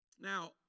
Now